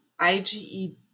IgE